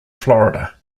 florida